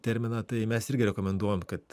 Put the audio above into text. terminą tai mes irgi rekomenduojam kad